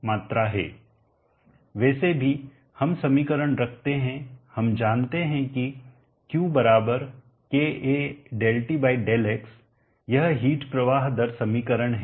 अब वैसे भी हम समीकरण रखते हैं हम जानते हैं कि Q kAΔTΔx यह हिट प्रवाह दर समीकरण है